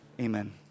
Amen